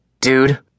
Dude